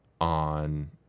on